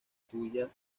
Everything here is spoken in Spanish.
tuya